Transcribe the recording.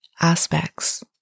aspects